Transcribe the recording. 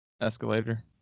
Escalator